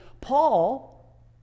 Paul